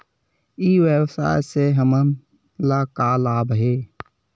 ई व्यवसाय से हमन ला का लाभ हे?